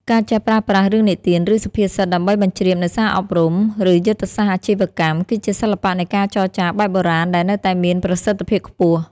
ការចេះប្រើប្រាស់ "រឿងនិទាន ឬសុភាសិត" ដើម្បីបញ្ជ្រាបនូវសារអប់រំ ឬយុទ្ធសាស្ត្រអាជីវកម្ម គឺជាសិល្បៈនៃការចរចាបែបបុរាណដែលនៅតែមានប្រសិទ្ធភាពខ្ពស់។